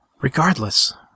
Regardless